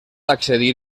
accedir